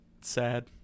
sad